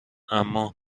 اما